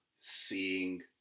seeing